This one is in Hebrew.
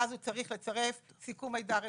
ואז הוא צריך לצרף סיכום מידע רפואי,